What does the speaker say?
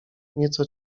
nieco